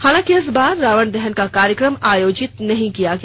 हालांकि इस बार रावण दहन का कार्यक्रम आयोजित नहीं किया गया